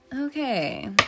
Okay